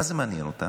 מה זה מעניין אותם?